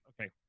okay